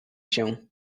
się